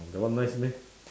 that one nice meh